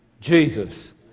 Jesus